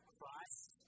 Christ